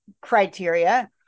criteria